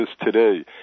today